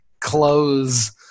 clothes